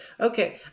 okay